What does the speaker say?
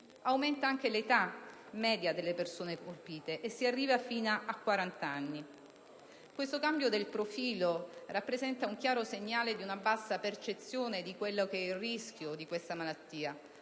Aumenta anche l'età media delle persone colpite, perché si arriva fino a quarant'anni. Questo cambio del profilo rappresenta un chiaro segnale di una bassa percezione del rischio di questa malattia,